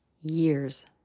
years